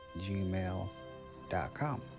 gmail.com